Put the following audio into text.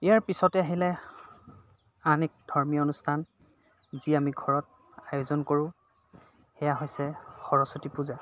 ইয়াৰ পিছতে আহিলে আন এক ধৰ্মীয় অনুষ্ঠান যি আমি ঘৰত আয়োজন কৰোঁ সেয়া হৈছে সৰস্বতী পূজা